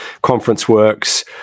ConferenceWorks